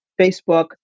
Facebook